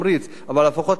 אבל לפחות ניסינו,